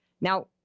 Now